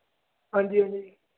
ਹਾਂਜੀ ਹਾਂਜੀ